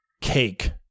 cake